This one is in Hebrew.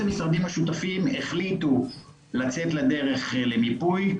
המשרדים השותפים החליטו לצאת לדרך למיפוי.